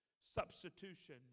substitution